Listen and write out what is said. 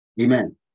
Amen